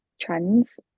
trends